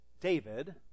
David